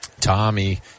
Tommy